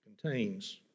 contains